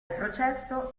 processo